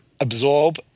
absorb